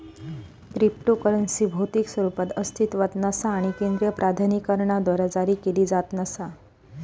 cryptocurrency भौतिक स्वरूपात अस्तित्वात नसा आणि केंद्रीय प्राधिकरणाद्वारा जारी केला जात नसा